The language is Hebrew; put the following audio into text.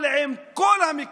אבל כל המקרים,